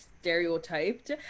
stereotyped